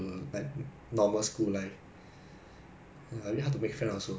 ya lah I mean no choice lah if you want to minimise the risk